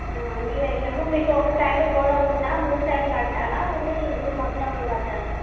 అన్నీ పెడతాము మీకు ఒక సైడ్ గోడ ఉందా మూడు సైడ్లు కట్టాలా ఓన్లీ రూమ్ మొత్తం కట్టాలా